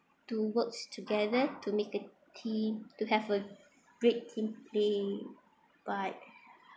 do works together to make a team to have a great team play but